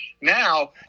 Now